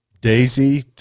daisy